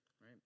right